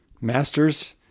masters